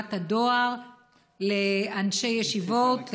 בתיבת הדואר לאנשי ישיבות,